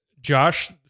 Josh